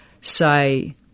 say